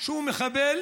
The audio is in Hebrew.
שהוא מחבל